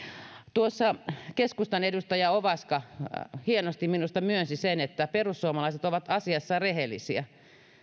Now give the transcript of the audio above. tuossa keskustan edustaja ovaska hienosti minusta myönsi sen että perussuomalaiset ovat asiassa rehellisiä